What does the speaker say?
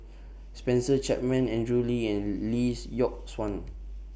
Spencer Chapman Andrew Lee and Lee Yock Suan